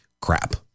crap